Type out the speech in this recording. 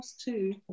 two